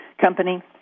company